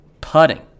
putting